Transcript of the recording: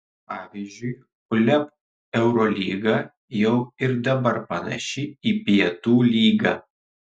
pavyzdžiui uleb eurolyga jau ir dabar panaši į pietų lygą